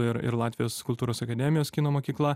ir ir latvijos kultūros akademijos kino mokykla